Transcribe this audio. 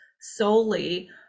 solely